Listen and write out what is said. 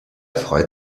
freut